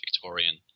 Victorian